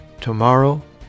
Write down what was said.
tomorrow